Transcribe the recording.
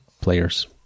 players